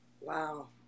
Wow